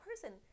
person